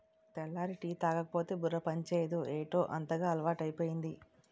తెల్లారి టీ తాగకపోతే బుర్ర పనిచేయదు ఏటౌ అంతగా అలవాటైపోయింది